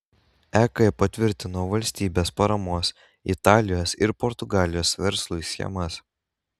ek patvirtino valstybės paramos italijos ir portugalijos verslui schemas